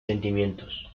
sentimientos